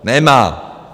Nemá.